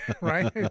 Right